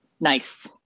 Nice